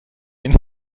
این